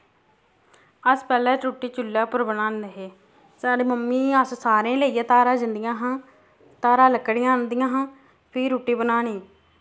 अस पैह्ले रुट्टी चुल्लै उप्पर बनांदे हे साढ़ी मम्मी असें सारें लेइयै धारां जंदियां हां धारां लकड़ियां आह्नदियां हां फ्ही रुट्टी बनानी